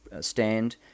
stand